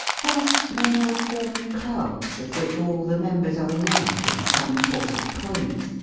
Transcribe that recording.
thus men will form clubs of which all the mem bers are alike in some important point,